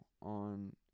on